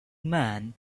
man